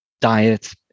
Diet